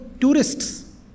tourists